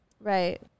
Right